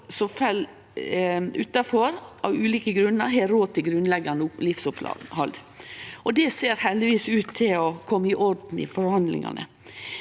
grunnar, har råd til grunnleggjande livsopphald. Det ser heldigvis ut til å kome i orden i forhandlingane.